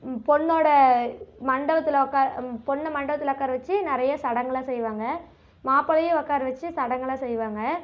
பொண்ணோட மண்டபத்தில் உட்காந் பொண்ண மண்டபத்தில் உட்கார வச்சு நிறைய சடங்கெல்லாம் செய்வாங்க மாப்பிளையும் உட்கார வச்சு சடங்கெல்லாம் செய்வாங்க